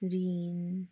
ऋण